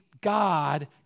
God